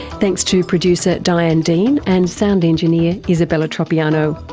thanks to producer diane dean and sound engineer isabella tropiano.